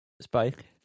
Spike